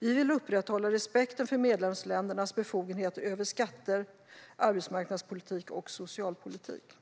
Vi vill upprätthålla respekten för medlemsländernas befogenheter över skatter, arbetsmarknadspolitik och socialpolitik.